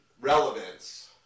relevance